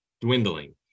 dwindling